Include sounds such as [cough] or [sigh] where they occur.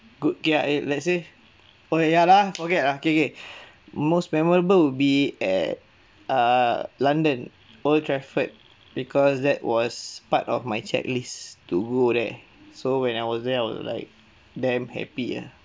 good ya eh let say okay ya lah forget ah okay okay [noise] most memorable would be at err london old trafford because that was part of my checklist to go there so when I was there I was like damn happy uh